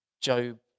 Job